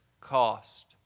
cost